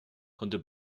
konnte